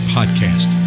Podcast